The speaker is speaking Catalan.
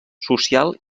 social